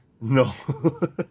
No